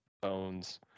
bones